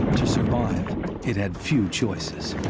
to survive it had few choices.